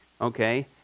Okay